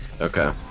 Okay